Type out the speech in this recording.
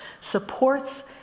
supports